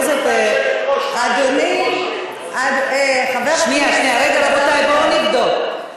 רגע, רבותי, בואו נבדוק.